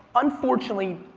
unfortunately,